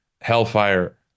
Hellfire